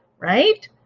right.